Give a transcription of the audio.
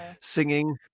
singing